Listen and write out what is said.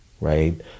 right